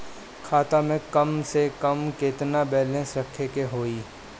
खाता में कम से कम केतना बैलेंस रखे के होईं?